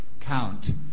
count